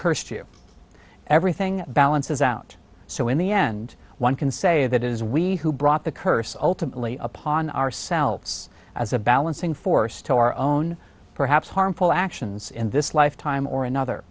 cursed you everything balances out so in the end one can say that it is we who brought the curse ultimately upon ourselves as a balancing force to our own perhaps harmful actions in this lifetime or another